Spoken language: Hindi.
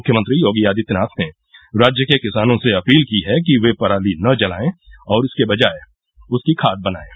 मुख्यमंत्री योगी आदित्यनाथ ने राज्य के किसानों से अपील की है कि वे पराली न जलाएं और इसके बजाय उसकी खाद बनाएं